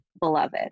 beloved